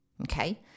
Okay